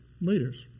Leaders